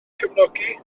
cefnogi